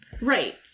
Right